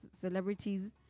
celebrities